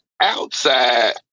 outside